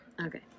okay